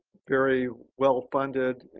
very well funded,